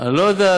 לא יודע,